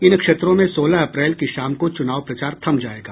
इन क्षेत्रों में सोलह अप्रैल की शाम को चुनाव प्रचार थम जायेगा